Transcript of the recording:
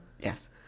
Yes